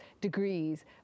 degrees